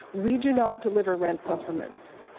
we do not deliver rent supplements.